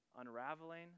unraveling